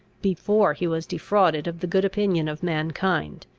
before he was defrauded of the good opinion of mankind.